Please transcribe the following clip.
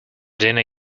dinner